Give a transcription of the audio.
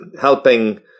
helping